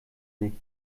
nicht